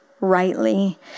rightly